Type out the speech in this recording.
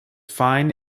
fine